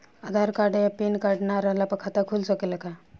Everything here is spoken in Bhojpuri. आधार कार्ड आ पेन कार्ड ना रहला पर खाता खुल सकेला का?